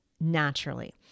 naturally